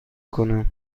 کنم